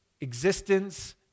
existence